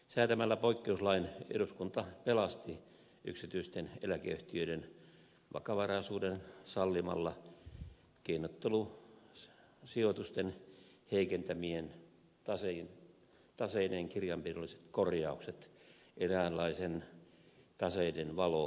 säätämällä poikkeuslain eduskunta pelasti yksityisten eläkeyhtiöiden vakavaraisuuden sallimalla keinottelusijoitusten heikentämien taseiden kirjanpidolliset korjaukset eräänlaisen taseiden valohoidon